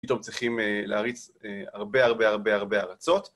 פתאום צריכים להריץ הרבה הרבה הרבה הרבה ארצות.